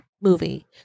movie